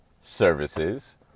Services